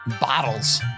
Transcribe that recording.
Bottles